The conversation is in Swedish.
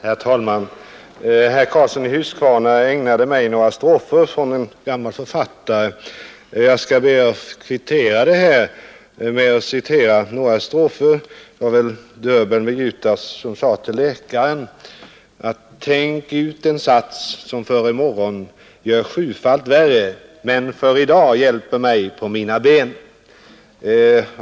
Herr talman! Herr Karlsson i Huskvarna ägnade mig några strofer från en gammal författare. Jag skall be att få kvittera det med att citera några strofer ur Döbeln vid Jutas, där han sade till läkaren: ”——— tänk ut en sats, min herre, som gör mig för i morgon sjufalt värre, men hjälper mig i dag på mina ben!